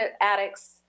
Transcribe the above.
addicts